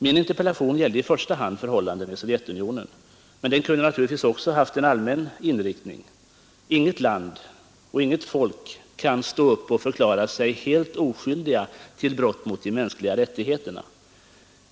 Min interpellation gällde i första hand förhållandena i Sovjetunionen, men den kunde också ha fått en mera allmän inriktning. Inget land eller folk kan stå upp och förklara sig helt oskyldiga till brott mot de mänskliga rättigheterna.